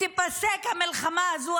תיפסק המלחמה הזאת?